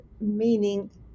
meaning